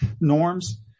norms